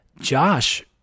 Josh